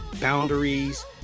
boundaries